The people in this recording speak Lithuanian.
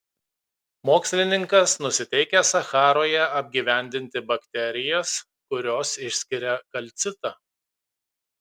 mokslininkas nusiteikęs sacharoje apgyvendinti bakterijas kurios išskiria kalcitą